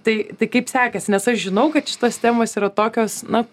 tai tai kaip sekasi nes aš žinau kad šitos temos yra tokios na